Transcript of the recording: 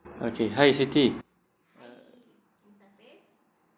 okay hi siti